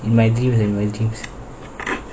in my dreams